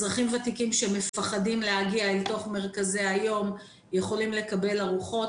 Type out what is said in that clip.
אזרחים ותיקים שמפחדים להגיע אל תוך מרכזי היום יכולים לקבל ארוחות.